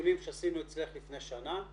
בדיונים שעשינו אצלך לפני שנה,